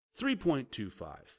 3.25